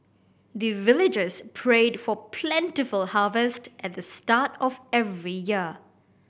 the villagers prayed for plentiful harvest at the start of every year